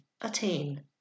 attain